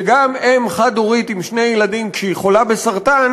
שגם אם חד-הורית עם שני ילדים, שהיא חולה בסרטן,